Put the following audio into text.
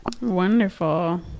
Wonderful